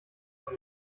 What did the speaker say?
von